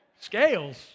Scales